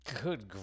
Good